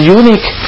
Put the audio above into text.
unique